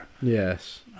Yes